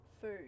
food